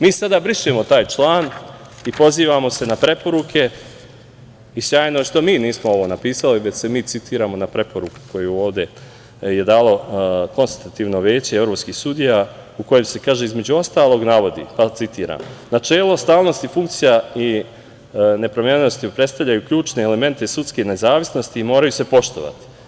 Mi sada brišemo taj član i pozivamo se na preporuke sjajno je što mi nismo ovo napisali, već se mi citiramo na preporuku koju je ovde dalo Konstitutivno veće evropskih sudija, a gde se kaže, između ostalog, citiram: „Načelo stalnosti funkcija i nepromenjivosti predstavljaju ključne elemente sudske nezavisnosti i moraju se poštovati.